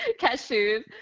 cashews